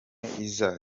issa